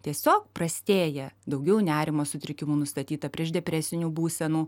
tiesiog prastėja daugiau nerimo sutrikimų nustatyta prieš depresinių būsenų